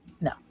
no